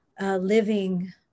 living